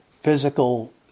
physical